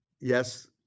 Yes